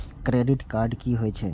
Credit card की होय छै?